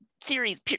series